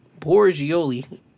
Borgioli